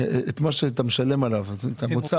שאתה משלם עליו, את המוצר.